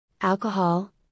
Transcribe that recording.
alcohol